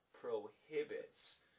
prohibits